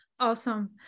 Awesome